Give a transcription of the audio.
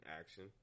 action